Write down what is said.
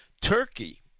Turkey